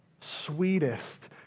sweetest